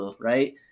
right